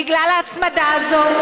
בגלל ההצמדה הזאת,